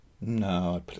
No